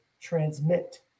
transmit